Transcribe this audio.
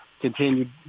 continued